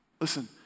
Listen